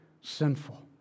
sinful